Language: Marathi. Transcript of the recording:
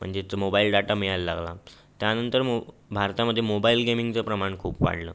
म्हणजेच मोबाईल डाटा मिळायला लागला त्यानंतर मो भारतामध्ये मोबाईल गेमिंगचं प्रमाण खूप वाढलं